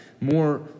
more